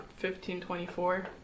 1524